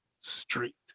Street